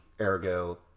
ergo